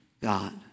God